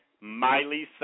Miley